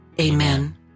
Amen